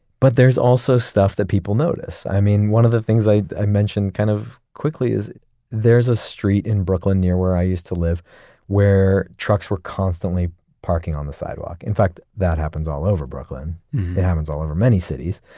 but there's also stuff that people notice i mean one of the things i i mentioned kind of quickly is there's a street in brooklyn near where i used to live where trucks were constantly parking on the sidewalk. in fact that happens all over brooklyn. it happens all over many cities.